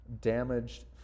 damaged